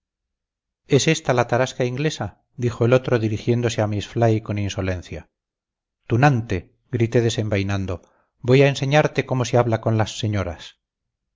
es ésta la tarasca inglesa dijo el otro dirigiéndose a miss fly con insolencia tunante grité desenvainando voy a enseñarte cómo se habla con las señoras